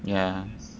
yeah